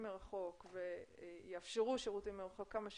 מרחוק ויאפשרו שירותים מרחוק כמה שיותר,